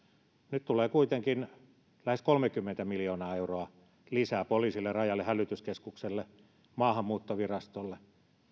nyt tulee kuitenkin lähes kolmekymmentä miljoonaa euroa lisää poliisille rajalle hätäkeskukselle maahanmuuttovirastolle